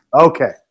Okay